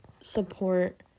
support